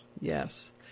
yes